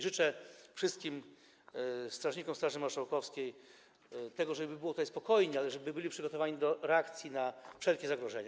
Życzę wszystkim strażnikom Straży Marszałkowskiej tego, żeby było tutaj spokojnie, ale żeby byli przygotowani do reakcji na wszelkie zagrożenia.